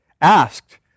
asked